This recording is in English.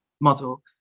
model